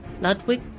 Ludwig